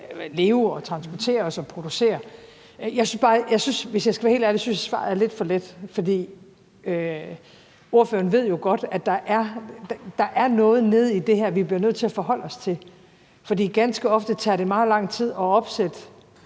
leve og transportere os og producere. Jeg synes, hvis jeg skal være helt ærlig, at svaret er lidt for let, for partilederen ved jo godt, at der er noget nede i det her, vi bliver nødt til at forholde os til. For ganske ofte tager det meget lang tid at opsætte